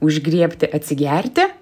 užgriebti atsigerti